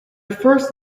first